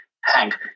Hank